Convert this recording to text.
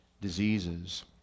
diseases